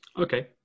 okay